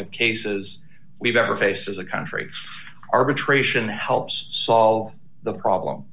of cases we've ever faced as a country arbitration helps solve the problem